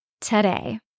today